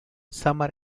summer